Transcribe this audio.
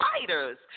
fighters